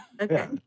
Okay